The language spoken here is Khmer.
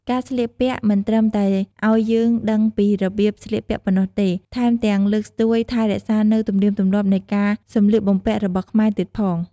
ការស្លៀកពាក់មិនត្រឹមតែឲ្យយើងដឹងពីរបៀបស្លៀកពាក់ប៉ុណ្ណោះទេ ថែមទាំងលើកស្ទួយថែរក្សានូវទំនៀមទម្លាប់នៃការសម្លៀកពាក់របស់ខ្មែរទៀតផង។